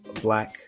black